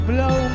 Blow